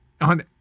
on